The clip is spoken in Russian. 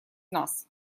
нас